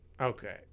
Okay